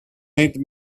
made